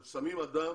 כן.